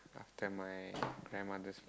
after my grandmother